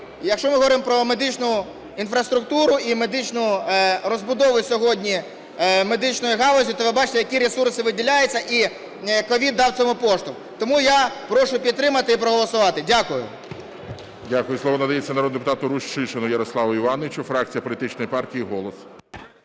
Якщо ми говоримо про медичну інфраструктуру і медичну розбудову сьогодні медичної галузі, то ви бачите, які ресурси виділяються, і COVID дав цьому поштовх. Тому я прошу підтримати і проголосувати. Дякую. ГОЛОВУЮЧИЙ. Дякую. Слово надається народному депутату Рущишину Ярославу Івановичу, фракція політичної партії "Голос".